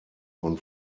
von